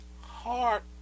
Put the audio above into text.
heart